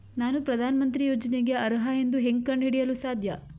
ನಾನು ಪ್ರಧಾನ ಮಂತ್ರಿ ಯೋಜನೆಗೆ ಅರ್ಹ ಎಂದು ಹೆಂಗ್ ಕಂಡ ಹಿಡಿಯಲು ಸಾಧ್ಯ?